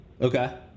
okay